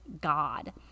God